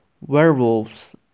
werewolves